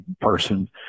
person